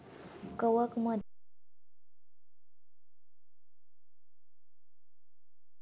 कवकमध्ये truffles, matsutake आणि porcini ceps सामावले हत